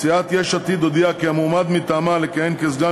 סיעת יש עתיד הודיעה כי המועמד מטעמה לכהן כסגן